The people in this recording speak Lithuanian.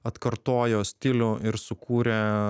atkartojo stilių ir sukūrė